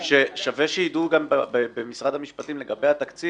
לעניין הטענה שגברתי העלתה לגבי התקנים.